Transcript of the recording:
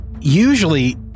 Usually